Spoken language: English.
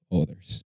others